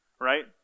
right